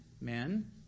men